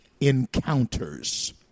encounters